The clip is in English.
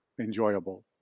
enjoyable